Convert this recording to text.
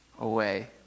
away